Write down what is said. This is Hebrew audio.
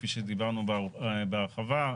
כפי שדיברנו בהרחבה,